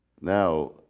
Now